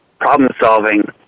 problem-solving